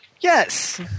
Yes